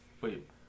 Wait